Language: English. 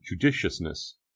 judiciousness